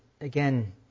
again